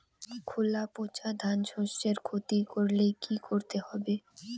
খোলা পচা ধানশস্যের ক্ষতি করলে কি করতে হবে?